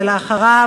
ואחריו,